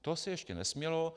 To se ještě nesmělo.